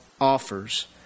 offers